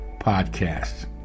podcasts